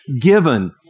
given